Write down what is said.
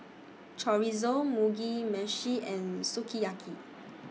Chorizo Mugi Meshi and Sukiyaki